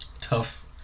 tough